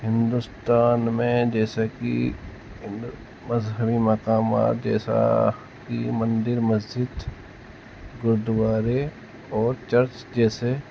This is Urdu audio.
ہندوستان میں جیسا کہ مذہبی مقامات جیسا کی مندر مسجد گرودوارے اور چرچ جیسے